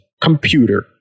computer